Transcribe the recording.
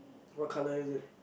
what colour is it